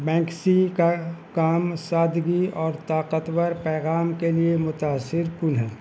بینکسی کا کام سادگی اور طاقتور پیغام کے لیے متاثر کن ہے